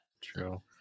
true